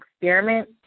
experiment